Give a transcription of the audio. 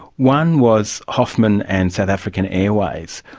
one was hoffmann and south african airways.